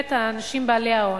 באמת האנשים בעלי ההון.